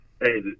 hey